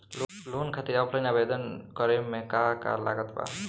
Loan खातिर offline आवेदन करे म का का लागत बा?